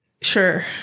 sure